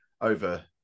over